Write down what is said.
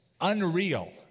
unreal